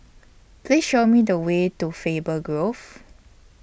Please Show Me The Way to Faber Grove